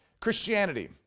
Christianity